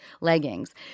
leggings